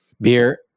Beer